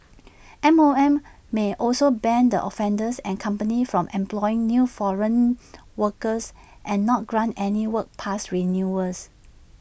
M O M may also ban the offender and company from employing new foreign workers and not grant any work pass renewals